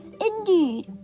Indeed